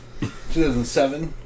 2007